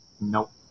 Nope